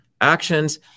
actions